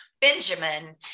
benjamin